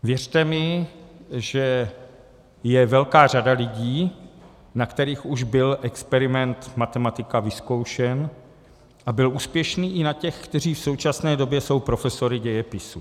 Věřte mi, že je velká řada lidí, na kterých už byl experiment matematika vyzkoušen, a byl úspěšný i na těch, kteří v současné době jsou profesory dějepisu.